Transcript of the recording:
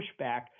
pushback